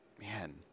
man